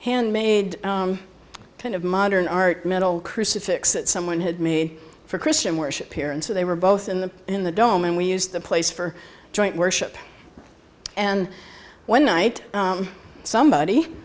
handmade kind of modern art metal crucifix that someone had made for christian worship here and so they were both in the in the dome and we used the place for joint worship and one night somebody